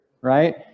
right